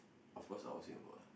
of course out of Singapore ah